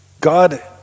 God